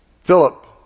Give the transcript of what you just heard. Philip